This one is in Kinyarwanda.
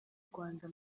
rwanda